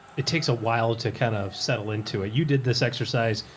it takes a while to kind of settle into it. you did this exercise.